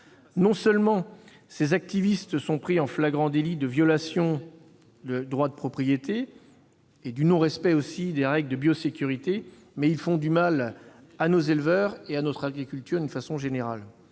Non seulement ces activistes sont pris en flagrant délit de violation de propriété et de non-respect des règles de biosécurité, mais ils font du mal à nos éleveurs et à notre agriculture. Or c'est grâce